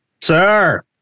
Sir